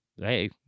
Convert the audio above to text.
hey